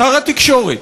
שר התקשורת,